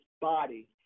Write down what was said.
body